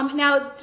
um now,